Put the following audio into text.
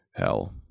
hell